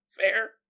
Fair